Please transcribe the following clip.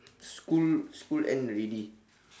school school end already